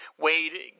Wade